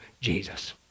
Jesus